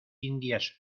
indias